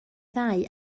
ddau